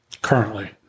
currently